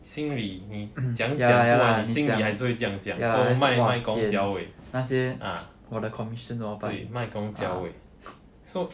心里你怎样讲出来你心里还是会这样想 so mai gong jiao wei ah 对 mai gong jiao wei so